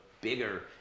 bigger